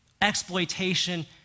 exploitation